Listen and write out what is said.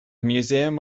museum